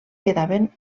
quedaven